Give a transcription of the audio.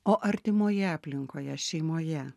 o artimoje aplinkoje šeimoje